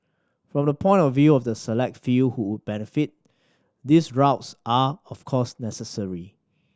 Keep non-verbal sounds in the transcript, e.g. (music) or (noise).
from the point of view of the select few who benefit these (unintelligible) are of course necessary